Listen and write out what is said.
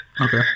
Okay